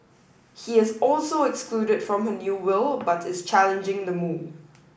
he is also excluded from her new will but is challenging the move